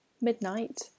midnight